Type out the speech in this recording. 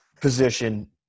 position